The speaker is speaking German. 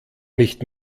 nicht